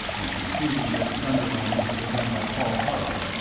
and concluding that the underlining had been done by paul harley,